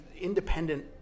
independent